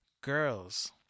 girls